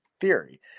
theory